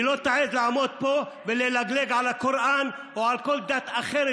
היא לא תעז לעמוד פה וללגלג על הקוראן או על כל דת אחרת,